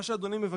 מה שאדוני מבקש,